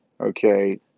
okay